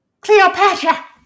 Cleopatra